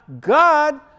God